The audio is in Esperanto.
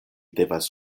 devas